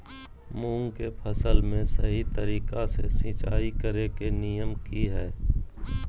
मूंग के फसल में सही तरीका से सिंचाई करें के नियम की हय?